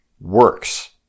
works